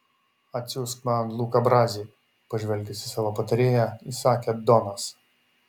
atsiųsk man luką brazį pažvelgęs į savo patarėją įsakė donas